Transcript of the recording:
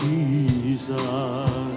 Jesus